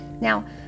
Now